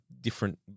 different